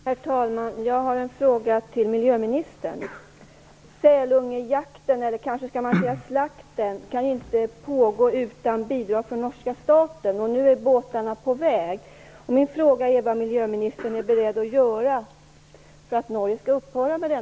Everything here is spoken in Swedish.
Herr talman! Jag har en fråga till miljöministern. Sälungejakten, eller man kanske skall säga slakten, kan inte pågå utan bidrag från norska staten. Båtarna är nu på väg.